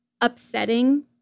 upsetting